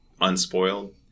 unspoiled